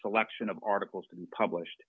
selection of articles published